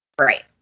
right